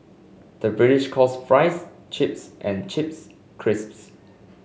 the British calls fries chips and chips crisps